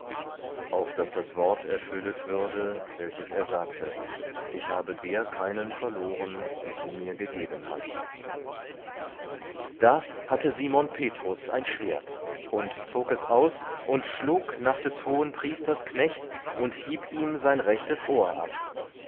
auf daß das wort erfüllet würde welches er sagte ich habe der keinen verloren die du mir gegeben hast da hatte simon petrus ein schwert und zog es aus und schlug nach des hohenpriesters knecht und hieb ihm sein rechtes ohr ab